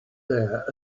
there